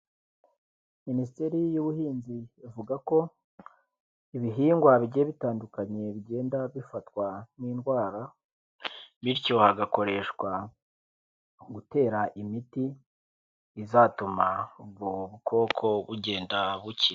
Minisiteri y'Ubuhinzi ivuga ko ibihingwa bigiye bitandukanye bigenda bifatwa n'indwara, bityo hagakoreshwa gutera imiti, izatuma ubwo bu bwoko bugenda bukira.